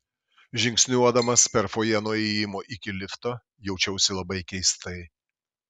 žingsniuodamas per fojė nuo įėjimo iki lifto jaučiausi labai keistai